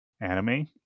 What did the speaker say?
anime